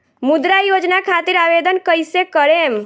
मुद्रा योजना खातिर आवेदन कईसे करेम?